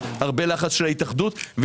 היה הרבה לחץ של התאחדות התעשיינים,